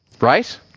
Right